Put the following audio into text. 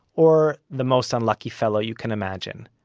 or the most unlucky fellow you can imagine.